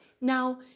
Now